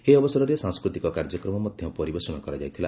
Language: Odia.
ଏହି ଅବସରରେ ସାଂସ୍କୃତିକ କାର୍ଯ୍ୟକ୍ରମ ମଧ୍ଧ ପରିବେଷଣ କରାଯାଇଥିଲା